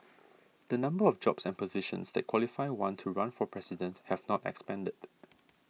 the numbers of jobs and positions that qualify one to run for President have not expanded